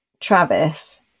Travis